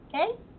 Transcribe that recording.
okay